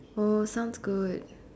oh sounds good